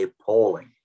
appalling